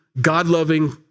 God-loving